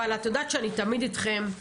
את יודעת שאני תמיד איתכם,